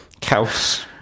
Cows